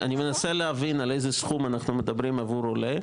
אני מנסה להבין על איזה סכום אנחנו מדברים עבור עולה.